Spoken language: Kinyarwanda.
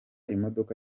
imodoka